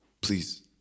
Please